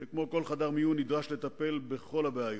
שכמו כל חדר מיון נדרש לטפל בכל הבעיות.